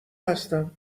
هستم